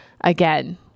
again